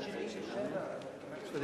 אדוני.